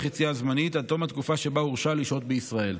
יציאה זמנית עד תום התקופה שבה הורשה לשהות בישראל.